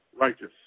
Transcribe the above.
righteous